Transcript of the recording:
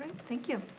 thank you.